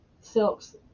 silks